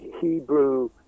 Hebrew